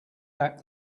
back